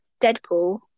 Deadpool